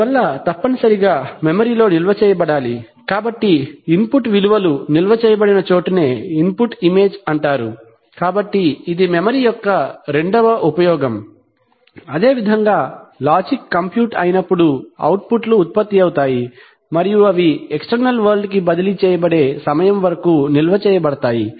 అందువల్ల అవి తప్పనిసరిగా మెమరీ memoryలో నిల్వ చేయబడాలి కాబట్టి ఇన్పుట్ విలువలు నిల్వ చేయబడిన చోటునే ఇన్పుట్ ఇమేజ్ అంటారు కాబట్టి ఇది మెమరీ యొక్క రెండవ ఉపయోగం అదేవిధంగా లాజిక్ కంప్యూట్ అయినప్పుడు అవుట్పుట్ లు ఉత్పత్తి అవుతాయి మరియు అవి ఎక్ష్టెర్నల్ వరల్డ్ కి బదిలీ చేయబడేసమయం వరకు నిల్వ చేయబడతాయి